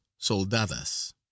soldadas